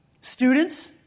Students